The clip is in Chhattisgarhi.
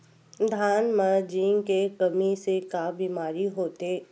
धान म जिंक के कमी से का बीमारी होथे?